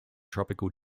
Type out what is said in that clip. tropical